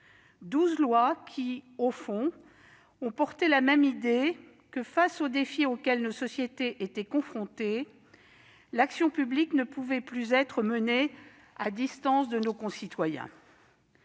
lois qui, au fond, ont porté la même idée que, face aux défis auxquels nos sociétés étaient confrontées, l'action publique ne pouvait plus être menée à distance de nos concitoyens.